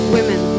Women